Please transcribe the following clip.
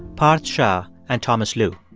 parth shah and thomas lu